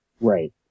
Right